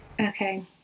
Okay